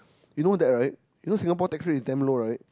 you know that right you know Singapore tax rate is damn low right